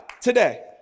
today